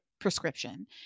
prescription